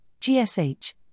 GSH